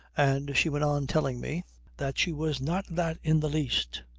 and she went on telling me that she was not that in the least.